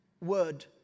word